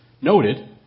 noted